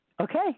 Okay